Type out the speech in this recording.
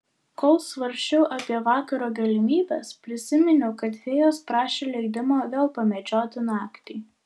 kol svarsčiau apie vakaro galimybes prisiminiau kad fėjos prašė leidimo vėl pamedžioti naktį